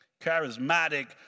charismatic